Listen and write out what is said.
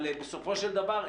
אבל בסופו של דבר,